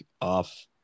off